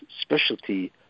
specialty